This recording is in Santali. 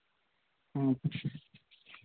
ᱦᱮᱸ